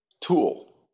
tool